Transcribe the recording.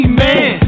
man